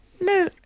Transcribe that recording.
No